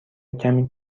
کمی